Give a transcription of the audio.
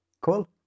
Cool